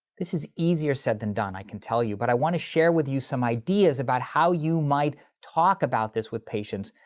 this is easier said then done i can tell you, but i want to share with you some ideas about how you might talk about this with patients,